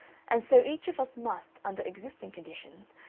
and so each of us must, under existing conditions,